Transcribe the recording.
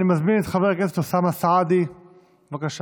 אני מזמין את חבר הכנסת אוסאמה סעדי, בבקשה.